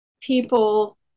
people